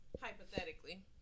hypothetically